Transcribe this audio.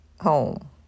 home